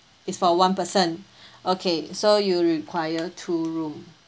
it's for one person okay so you require two room